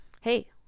Hey